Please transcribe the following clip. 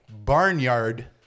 Barnyard